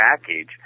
package